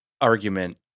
argument